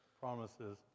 promises